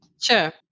Sure